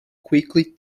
quickly